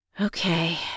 Okay